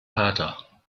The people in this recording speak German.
vater